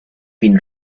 been